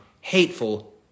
hateful